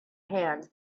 hand